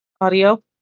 Audio